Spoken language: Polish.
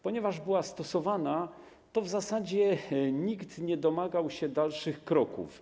Ponieważ była stosowana, to w zasadzie nikt nie domagał się dalszych kroków.